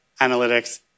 analytics